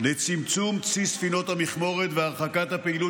לצמצום צי ספינות המכמורת והרחקת הפעילות